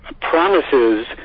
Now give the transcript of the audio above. promises